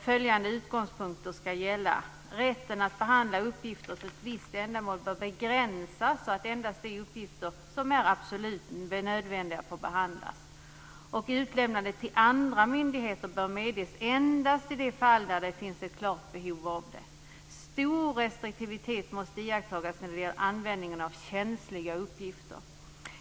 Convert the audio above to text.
Följande utgångspunkter ska gälla: - Rätten att behandla uppgifter för ett visst ändamål bör begränsas så att endast de uppgifter som är absolut nödvändiga får behandlas. - Utlämnande till andra myndigheter bör medges endast i de fall där det finns ett klart behov av det. - Stor restriktivitet måste iakttas när det gäller användningen av känsliga uppgifter.